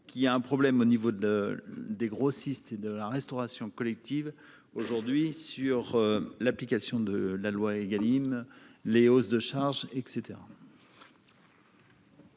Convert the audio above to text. y a un problème au niveau de des grossistes et de la restauration collective aujourd'hui sur l'application de la loi Egalim les hausses de charges, et